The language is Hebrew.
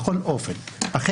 אני